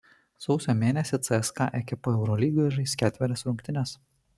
sausio mėnesį cska ekipa eurolygoje žais ketverias rungtynes